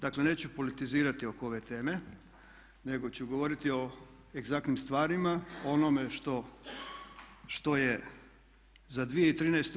Dakle, neću politizirati oko ove teme nego ću govoriti o egzaktnim stvarima, o onome što je za 2013.